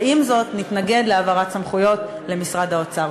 ועם זאת נתנגד להעברת סמכויות למשרד האוצר.